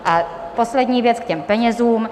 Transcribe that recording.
A poslední věc k penězům.